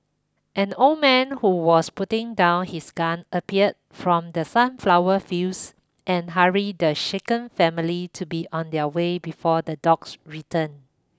an old man who was putting down his gun appeared from the sunflower fields and hurried the shaken family to be on their way before the dogs return